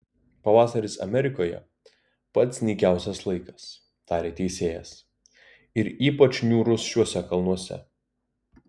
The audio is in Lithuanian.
pavasaris amerikoje pats nykiausias laikas tarė teisėjas ir ypač niūrus šiuose kalnuose